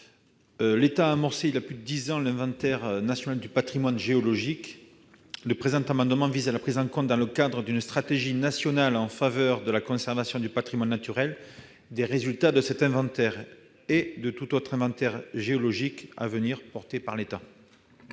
L'État a amorcé, voilà plus de dix ans, l'inventaire national du patrimoine géologique. Le présent amendement vise à la prise en compte, dans le cadre d'une stratégie nationale en faveur de la conservation du patrimoine naturel, des résultats de cet inventaire et de tout autre inventaire géologique à venir soutenu par l'État.